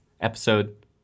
episode